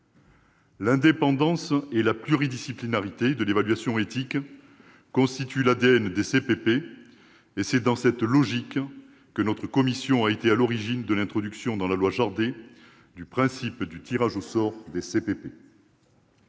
L'indépendance et la pluridisciplinarité de l'évaluation éthique constituent l'ADN des CPP et c'est dans cette logique que notre commission a été à l'origine de l'introduction, dans la loi Jardé, du principe du tirage au sort des CPP.